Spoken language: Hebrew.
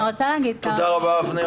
אני רוצה להגיד כמה מילים.